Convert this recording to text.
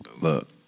look